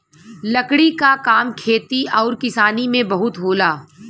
लकड़ी क काम खेती आउर किसानी में बहुत होला